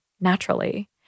naturally